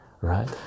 right